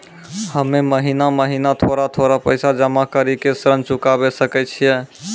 हम्मे महीना महीना थोड़ा थोड़ा पैसा जमा कड़ी के ऋण चुकाबै सकय छियै?